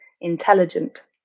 intelligent